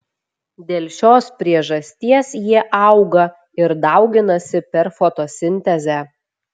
dėl šios priežasties jie auga ir dauginasi per fotosintezę